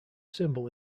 symbol